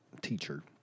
teacher